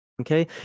okay